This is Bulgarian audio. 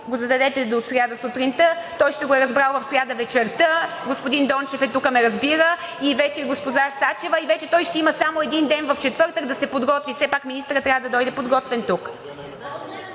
го зададете до сряда сутринта, ще го е разбрал в сряда вечерта. Господин Дончев е тука, разбира ме, също и госпожа Сачева. Той вече ще има само един ден в четвъртък да се подготви – все пак министърът трябва да дойде подготвен тук.